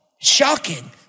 Shocking